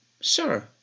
Sir